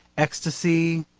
ecstasy,